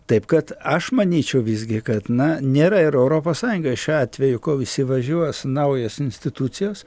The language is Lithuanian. taip kad aš manyčiau visgi kad na nėra ir europos sąjungoj šiuo atveju kol įsivažiuos naujos institucijos